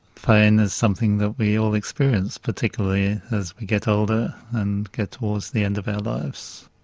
pain is something that we all experience, particularly as we get older and get towards the end of our lives.